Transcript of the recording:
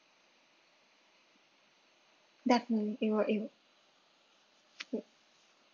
definitely it will it'll it